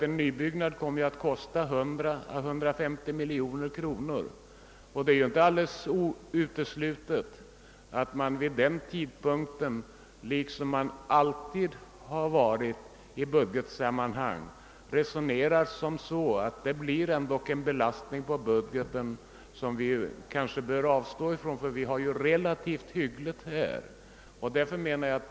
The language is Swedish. En nybyggnad kommer att kosta mellan 100 och 150 miljoner kronor, och det är inte alldeles uteslutet att man vid den tidpunkten liksom alltid i budgetsammanhang, resonerar ungefär så: Det blir ändå en belastning på budgeten som vi kanske bör avstå från, eftersom vi har relativt hyggliga förhållanden här.